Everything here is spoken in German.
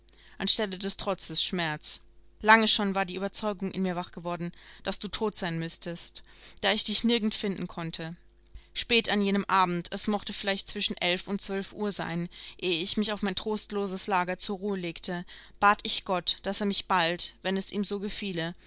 an stelle des trotzes schmerz lange schon war die überzeugung in mir wach geworden daß du tot sein müssest da ich dich nirgend finden konnte spät an jenem abend es mochte vielleicht zwischen elf und zwölf uhr sein ehe ich mich auf mein trostloses lager zur ruhe legte bat ich gott daß er mich bald wenn es ihm so gefiele